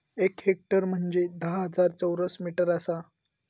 एक हेक्टर म्हंजे धा हजार चौरस मीटर आसा